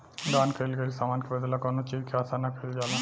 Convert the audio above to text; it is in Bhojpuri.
दान कईल गईल समान के बदला कौनो चीज के आसा ना कईल जाला